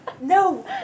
No